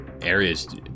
areas